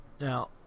Now